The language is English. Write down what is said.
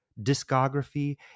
discography